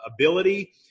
ability